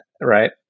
right